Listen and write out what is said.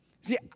See